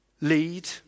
lead